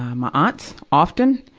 my aunt's often.